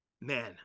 man